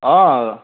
অ